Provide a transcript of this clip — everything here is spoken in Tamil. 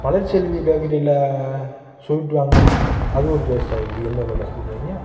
மலர் செல்வி பேக்கரியில் ஸ்வீட் வாங்கினா அது ஒரு டேஸ்டாக இருக்குது என்ன பண்ண சொல்கிறீங்க